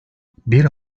bir